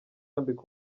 yambika